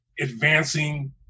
advancing